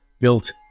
built